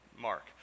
mark